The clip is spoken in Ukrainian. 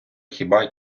хіба